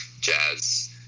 jazz